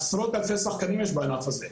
יש עשרות אלפי שחקנים בענף הזה,